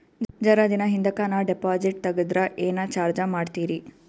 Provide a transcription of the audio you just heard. ಜರ ದಿನ ಹಿಂದಕ ನಾ ಡಿಪಾಜಿಟ್ ತಗದ್ರ ಏನ ಚಾರ್ಜ ಮಾಡ್ತೀರಿ?